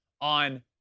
on